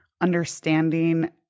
understanding